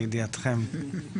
לידיעתכם.